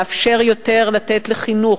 לאפשר לתת יותר לחינוך,